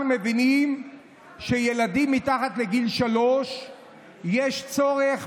אנחנו מבינים שלילדים מתחת לגיל שלוש יש צורך